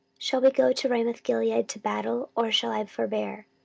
shall we go to ramothgilead to battle, or shall i forbear?